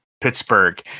Pittsburgh